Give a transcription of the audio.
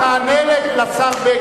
תענה לשר בגין.